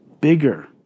bigger